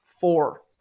Four